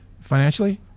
financially